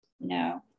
No